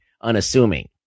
unassuming